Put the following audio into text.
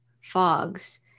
fogs